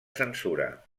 censura